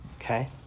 Okay